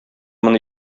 моны